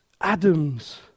Adams